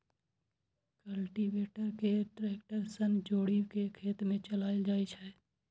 cultivator कें tractor सं जोड़ि कें खेत मे चलाएल जाइ छै